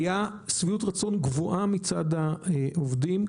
הייתה שביעות רצון גבוהה מצד העובדים,